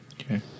Okay